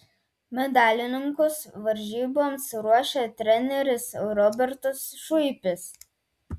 medalininkus varžyboms ruošė treneris robertas šuipis